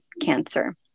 cancer